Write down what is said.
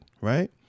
right